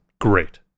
great